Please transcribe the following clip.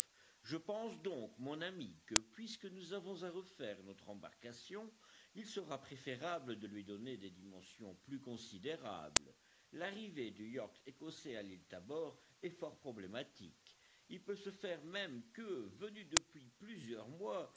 je pense donc mon ami que puisque nous avons à refaire notre embarcation il sera préférable de lui donner des dimensions plus considérables l'arrivée du yacht écossais à l'île tabor est fort problématique il peut se faire même que venu depuis plusieurs mois